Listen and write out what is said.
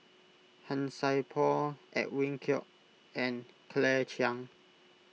Han Sai Por Edwin Koek and Claire Chiang